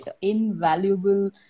invaluable